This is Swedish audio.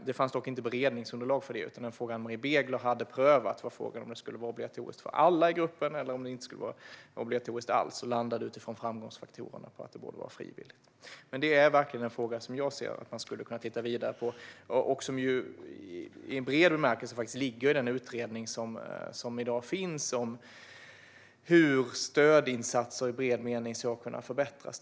Det fanns dock inte beredningsunderlag för det, utan frågan som AnnMarie Begler hade att pröva var om det skulle vara obligatoriskt för alla i gruppen eller om det inte skulle vara obligatoriskt alls och landade utifrån framgångsfaktorerna i att det borde vara frivilligt. Men det här är verkligen en fråga som jag ser att man skulle kunna titta vidare på och som i bred bemärkelse faktiskt ligger i den utredning som i dag pågår om hur stödinsatser i vid mening ska kunna förbättras.